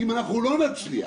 אם אנחנו לא נצליח,